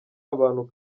abantu